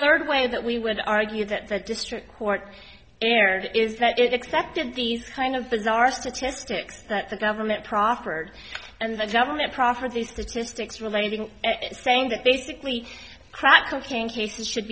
third way that we would argue that the district court erred is that it accepted these kind of bizarre statistics that the government proffered and the government proffered the statistics relating saying that basically crack cocaine cases should